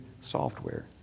software